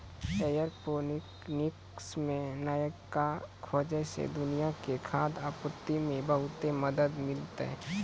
aeroponics मे नयका खोजो से दुनिया के खाद्य आपूर्ति मे बहुते मदत मिलतै